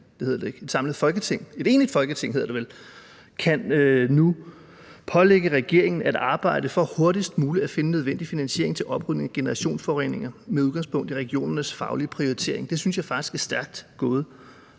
et enigt Folketing nu kan pålægge regeringen at arbejde for hurtigst muligt at finde den nødvendige finansiering til en oprydning af generationsforureninger med udgangspunkt i regionernes faglige prioritering, synes jeg faktisk er stærkt gået.